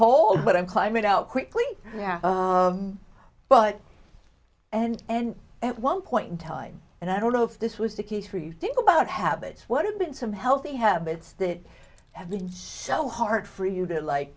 i'm climb it out quickly yeah but and and at one point in time and i don't know if this was the case for you think about habits what have been some healthy habits that have been so hard for you that like